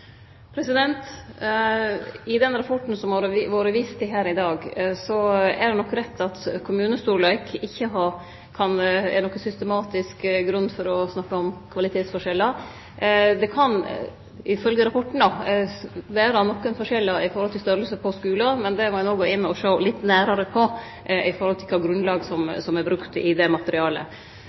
den rapporten som det har vore vist til her i dag, er det nok rett at kommunestorleiken ikkje gir nokon grunn til systematisk å snakke om kvalitetsforskjellar. Det kan, ifølgje rapporten, vere nokre forskjellar når det gjeld storleiken på skulane, men ein må gå inn og sjå litt nærare på kva grunnlag som er brukt i det materialet.